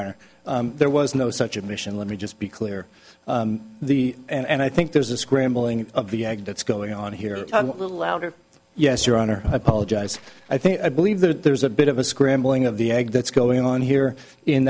honor there was no such admission let me just be clear the and i think there's a scrambling of the egg that's going on here louder yes your honor i apologize i think i believe that there's a bit of a scrambling of the egg that's going on here in